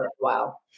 Wow